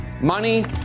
money